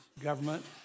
government